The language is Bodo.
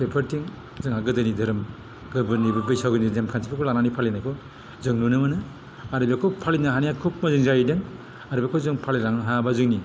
बेफोरथिं जोंहा गोदोनि धोरोम गोरबोनि बैसागुनि नेम खान्थिखौ लानानै फालिनायखौ जों नुनो मोनो आरो बेखौ फालिनो हानाया खुब मोजां जाहैदों आरो बेखौ जों फालिलांनो हायाबा जोंनि